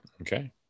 Okay